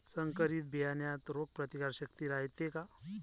संकरित बियान्यात रोग प्रतिकारशक्ती रायते का?